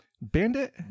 Bandit